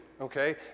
Okay